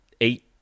eight